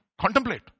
Contemplate